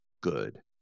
good